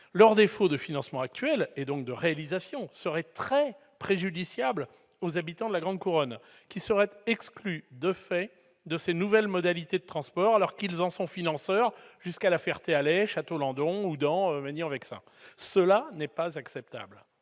Leur défaut de financement, et donc de réalisation, serait très préjudiciable aux habitants de la grande couronne, qui seraient exclus de fait de ces nouvelles modalités de transports, alors qu'ils en sont financeurs, jusqu'à La Ferté-Alais, Château-Landon, Houdan ou Magny-en-Vexin. Cela n'est pas acceptable